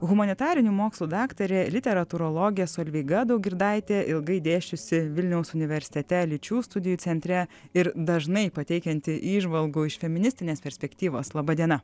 humanitarinių mokslų daktarė literatūrologė solveiga daugirdaitė ilgai dėsčiusi vilniaus universitete lyčių studijų centre ir dažnai pateikianti įžvalgų iš feministinės perspektyvos laba diena